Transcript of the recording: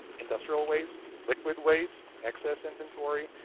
industrial waste, liquid waste, excess inventory.